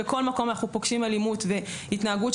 בכל מקום אנחנו פוגשים אלימות והתנהגות,